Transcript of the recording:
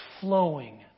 flowing